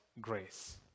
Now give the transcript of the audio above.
grace